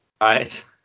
Right